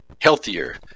healthier